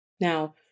Now